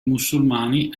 musulmani